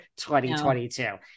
2022